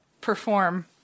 perform